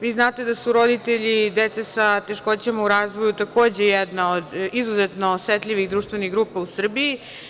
Vi znate da su roditelji dece sa teškoćama u razvoju takođe jedna od izuzetno osetljivih društvenih grupa u Srbiji.